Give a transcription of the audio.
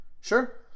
sure